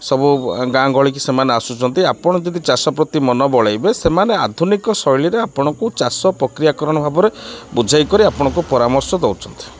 ସବୁ ଗାଁ ଗହଳିିକି ସେମାନେ ଆସୁଛନ୍ତି ଆପଣ ଯଦି ଚାଷ ପ୍ରତି ମନ ବଳେଇବେ ସେମାନେ ଆଧୁନିକ ଶୈଳୀରେ ଆପଣଙ୍କୁ ଚାଷ ପ୍ରକ୍ରିୟାକରଣ ଭାବରେ ବୁଝାଇ କରି ଆପଣଙ୍କୁ ପରାମର୍ଶ ଦେଉଛନ୍ତି